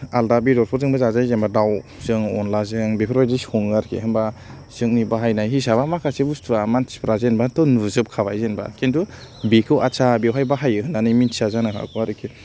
आलादा बेदरफोरजोंबो जाजायो जेनबा दाउजों अनलाजों बेफोरबायदि सङो आरोखि होमबा जोंनि बाहायनाय हिसाबा माखासे बुस्तुआ मानसिफोरा जेनबाथ' नुजोबखाबाय जेनबा किन्तु बेखौ आच्छा बेवहाय बाहायो होन्नानै मिन्थिया जानो हागौ आरोखि